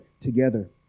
together